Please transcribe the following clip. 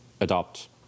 adopt